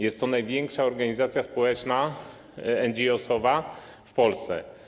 Jest to największa organizacja społeczna, NGOs w Polsce.